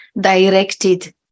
directed